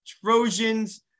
Trojans